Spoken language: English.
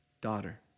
daughter